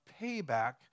payback